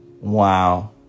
Wow